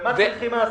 ומה צריכים העסקים.